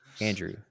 andrew